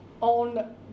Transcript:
on